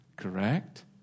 correct